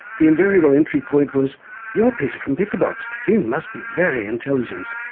the invariable entry point was you're peter from pick-a-box you must be very intelligent,